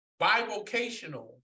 bivocational